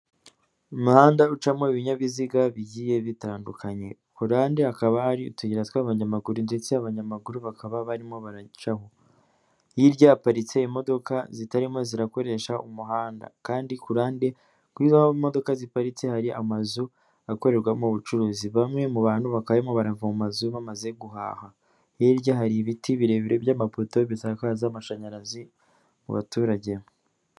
Umuhanda ucamo ibinyabiziga bigiye bitandukanye, kuruhande hakaba hari utuyira tw'abanyamaguru, ndetse abanyamaguru bakaba barimo baracaho, hirya haparitse imodoka zitarimo zirakoresha umuhanda, kandi ku ruhande aho izo modoka ziparitse hari amazu akorerwamo ubucuruzi, bamwe mu bantu bakaba barimo barava mu mazu bamaze guhaha, hirya hari ibiti birebire by'amapoto, bisakaza amashanyarazi mu baturage.